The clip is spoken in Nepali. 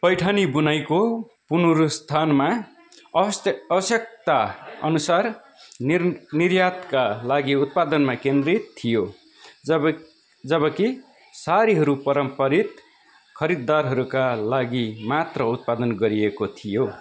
पैठनी बुनाइको पुनरुत्थानमा अवस्त्य आवश्यकतानुसार निर निर्यातका लागि उत्पादनमा केन्द्रित थियो जब जबकि साडीहरू परम्परित खरिददारहरूका लागि मात्र उत्पादन गरिएको थियो